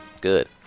Good